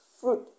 fruit